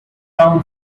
town